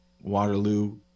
Waterloo